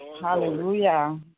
Hallelujah